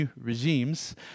regimes